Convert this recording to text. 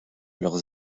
leurs